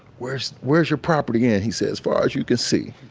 where's where's your property in? he said, as far as you can see,